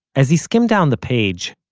as he skimmed down the page,